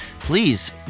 Please